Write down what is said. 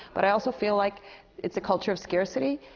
but i also feel like it's a culture of scarcity.